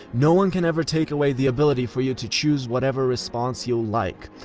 no one can ever take away the ability for you to choose whatever response you like.